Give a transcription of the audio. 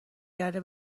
گرده